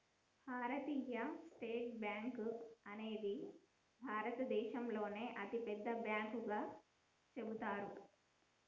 భారతీయ state bank అనేది భారతదేశంలోనే అతిపెద్ద బ్యాంకుగా చెబుతారు